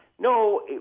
no